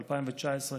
ב-2019,